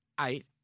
eight